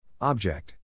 Object